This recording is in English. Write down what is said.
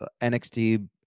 NXT